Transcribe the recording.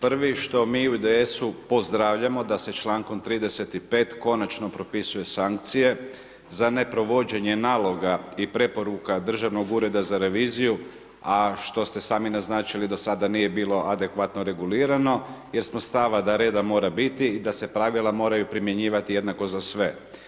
Prvi što mi u IDS-u pozdravljamo da se člankom 35. konačno propisuje sankcije za neprovođenje naloga i preporuka Državnog ureda za reviziju, a što ste sami naznačili do sada nije bilo adekvatno regulirano, jer smo stava da reda mora biti i da se pravila moraju primjenjivati jednako za sve.